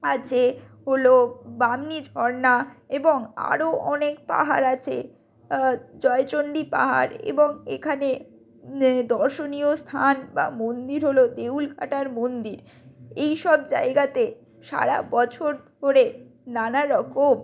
আছে হল বামনি ঝরনা এবং আরও অনেক পাহাড় আছে জয়চন্ডী পাহাড় এবং এখানে দর্শনীয় স্থান বা মন্দির হল দেউলঘাটার মন্দির এইসব জায়গাতে সারাবছর ধরে নানারকম